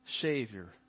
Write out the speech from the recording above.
Savior